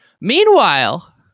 meanwhile